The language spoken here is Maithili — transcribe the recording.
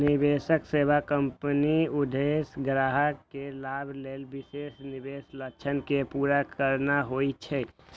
निवेश सेवा कंपनीक उद्देश्य ग्राहक के लाभ लेल विशेष निवेश लक्ष्य कें पूरा करना होइ छै